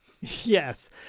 Yes